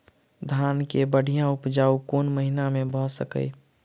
धान केँ बढ़िया उपजाउ कोण महीना मे भऽ सकैय?